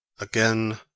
Again